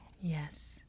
Yes